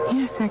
Yes